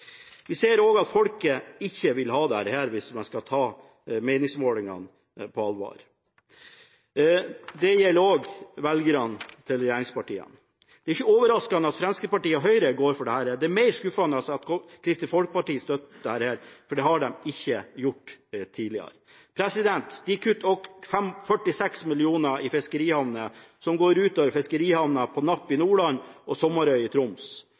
Vi ser at folk ikke vil ha dette – hvis man skal ta meningsmålingene på alvor. Det gjelder også regjeringspartienes velgere. Det er ikke overraskende at Fremskrittspartiet og Høyre går inn for dette, det er mer skuffende at Kristelig Folkeparti støtter det, for det har de ikke gjort tidligere. De kutter også 46 mill. kr til fiskerihavner, noe som går ut over fiskerihavnene på Napp i Nordland og Sommarøy i Troms.